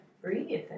Breathe